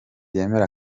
yemera